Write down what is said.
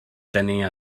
tenía